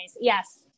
Yes